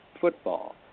football